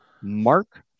Mark